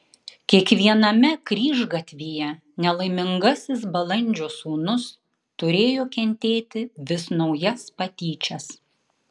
kiekviename kryžgatvyje nelaimingasis balandžio sūnus turėjo kentėti vis naujas patyčias